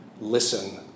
listen